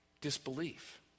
disbelief